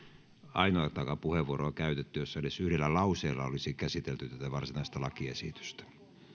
ainoatakaan puheenvuoroa jossa edes yhdellä lauseella olisi käsitelty tätä varsinaista lakiesitystä